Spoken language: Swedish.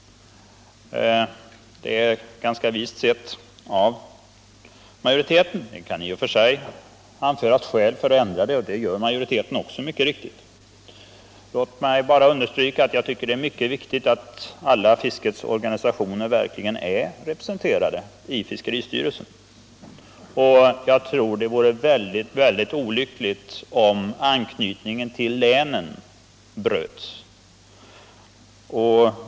Det är vist sagt av majoriteten. Det kan i och för sig anföras skäl för att ändra den, och det gör majoriteten mycket riktigt. Låt mig bara understryka att jag tycker att det är mycket viktigt att alla fiskets organisationer verkligen är representerade i fiskeristyrelsen. Jag tror det vore mycket olyckligt om anknytningen till länen bröts.